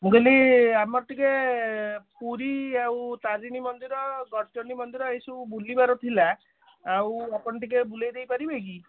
ମୁଁ କହିଲି ଆମର ଟିକେ ପୁରୀ ଆଉ ତାରିଣୀ ମନ୍ଦିର ଗଡ଼ଚଣ୍ଡୀ ମନ୍ଦିର ଏ ସବୁ ବୁଲିବାର ଥିଲା ଆଉ ଆପଣ ଟିକେ ବୁଲେଇଦେଇ ପାରିବେ କି